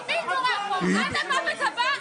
עד המוות הבא?